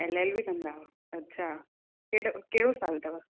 L L B कंदाव अच्छा कहिड़ो कहिड़ो साल अथव